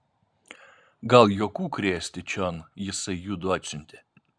gal juokų krėsti čion jisai judu atsiuntė